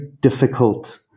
difficult